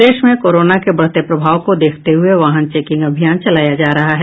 प्रदेश में कोरोना के बढ़ते प्रभाव को देखते हुये वाहन चेकिंग अभियान चलाया जा रहा है